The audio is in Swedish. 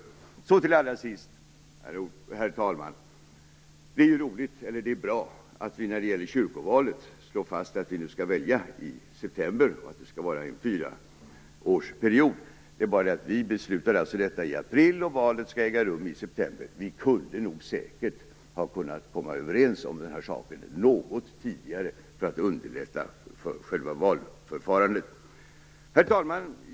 Herr talman! Det är bra att det i fråga om kyrkovalet slås fast att vi skall välja i september. Valperioden skall vara fyra år. Vi beslutar alltså detta i april, och valet skall äga rum i september. Ni kunde säkert ha kommit överens om denna sak något tidigare för att underlätta själva valförfarandet. Herr talman!